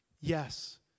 yes